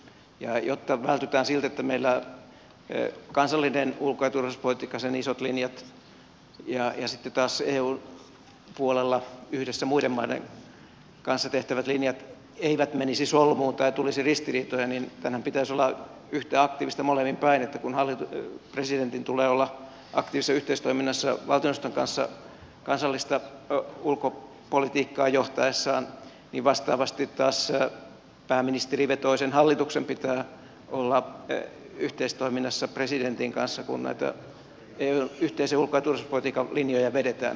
ja jotta vältytään siltä että meillä kansallisen ulko ja turvallisuuspolitiikan isot linjat ja sitten taas eun puolella yhdessä muiden maiden kanssa tehtävät linjat eivät menisi solmuun tai ei tulisi ristiriitoja tämän pitäisi olla yhtä aktiivista molemmin päin että kun presidentin tulee olla aktiivisessa yhteistoiminnassa valtioneuvoston kanssa kansallista ulkopolitiikkaa johtaessaan niin vastaavasti taas pääministerivetoisen hallituksen pitää olla yhteistoiminnassa presidentin kanssa kun näitä eun yhteisiä ulko ja turvallisuuspolitiikan linjoja vedetään